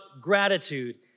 gratitude